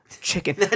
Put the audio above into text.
chicken